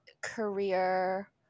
career